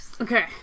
Okay